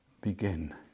begin